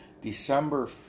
December